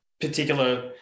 particular